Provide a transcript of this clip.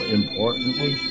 importantly